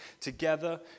together